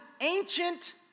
ancient